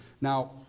Now